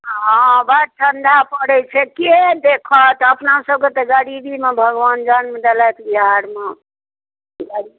हँ बड ठण्ढा पड़ै छै के देखत अपनासभके तऽ गरीबीमे भगवान जन्म देलथि बिहारमे गरीब